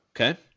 okay